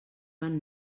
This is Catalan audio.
van